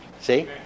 See